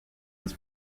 this